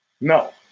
No